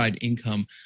income